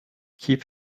keep